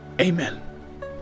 Amen